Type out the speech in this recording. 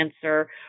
cancer